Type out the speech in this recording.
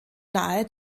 nahe